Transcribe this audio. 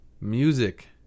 music